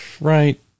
right